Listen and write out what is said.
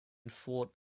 fort